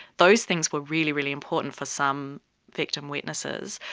those things were really, really important for some victim witnesses.